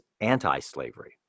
anti-slavery